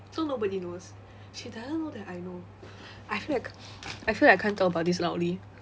so nobody knows she doesn't know that I know I feel like I feel like I can't talk about this loudly